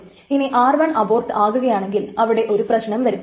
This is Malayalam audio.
പക്ഷെ ഇനി r1 അബോർട്ട് ആകുകയാണെങ്കിൽ അവിടെ ഒരു പ്രശ്നം വരും